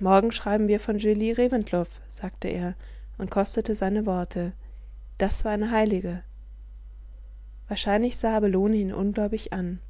morgen schreiben wir von julie reventlow sagte er und kostete seine worte das war eine heilige wahrscheinlich sah abelone ihn ungläubig an